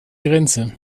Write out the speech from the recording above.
grenze